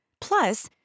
Plus